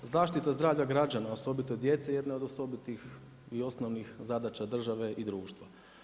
Zaštita zdravlja građana osobito djece jedna je od osobitih i osnovnih zadaća države i društva.